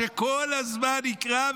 שכל הזמן יקרא,